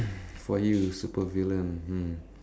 for you supervillain hmm